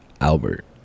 Albert